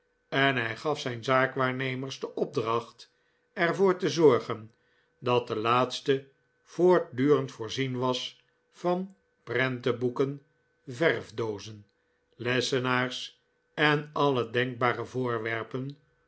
en hij gaf zijn zaakwaarnemers de opdracht er voor te zorgen dat de laatste voortdurend voorzien was van prentenboeken verfdoozen lessenaars en alle denkbare voorwerpen